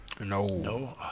No